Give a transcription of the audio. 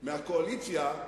עם איזה כוח עליון,